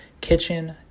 Kitchen